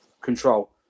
control